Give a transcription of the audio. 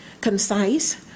concise